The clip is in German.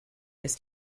ist